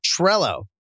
Trello